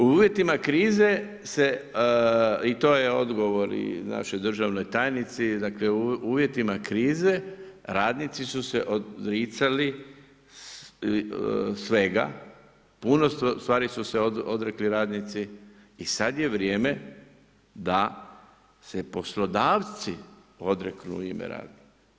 U uvjetima krize se, i to je odgovor i našoj državnoj tajnici, u uvjetima krize radnici su se odricali svega, puno stvari su se odrekli radnici i sad je vrijeme da se poslodavci odreknu u ime radnika.